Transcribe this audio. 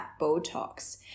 Botox